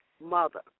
mother